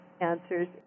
answers